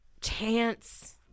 Chance